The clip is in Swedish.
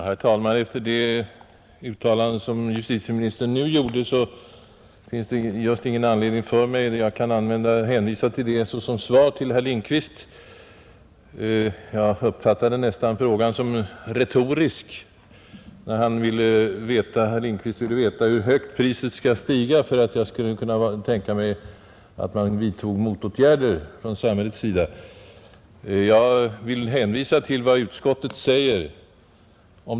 Herr talman! Efter det uttalande som justitieministern nu gjorde finns det just ingen anledning för mig att svara på herr Lindkvists fråga. Jag kan nämligen hänvisa till justitieministerns uttalande såsom svar. Jag uppfattade f. ö. frågan nästan som rent retorisk. Herr Lindkvist ville veta hur högt priset skall stiga för att jag skulle kunna tänka mig att samhället vidtog motåtgärder. Jag vill kanske dock komplettera med att hänvisa till vad utskottet säger härom.